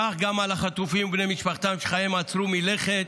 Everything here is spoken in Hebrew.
כך גם על החטופים ובני משפחתם, שחייהם עצרו מלכת,